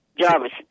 Jarvis